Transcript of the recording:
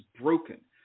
broken